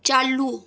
चालू